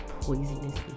poisonous